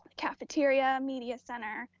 cafeteria, media center,